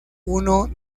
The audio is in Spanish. uno